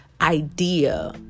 idea